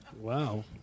Wow